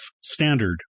standard